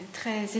très